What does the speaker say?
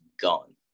gone